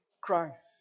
Christ